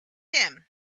him